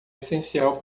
essencial